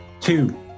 Two